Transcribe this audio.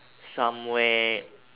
somewhere